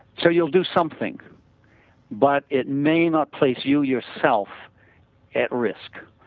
so you will do something but it may not place you yourself at risk.